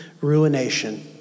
ruination